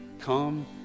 Come